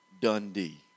Dundee